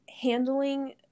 handling